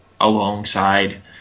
alongside